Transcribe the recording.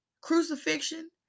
crucifixion